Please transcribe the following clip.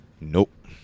Nope